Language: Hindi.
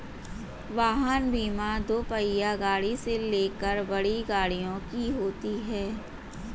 वाहन बीमा दोपहिया गाड़ी से लेकर बड़ी गाड़ियों की होती है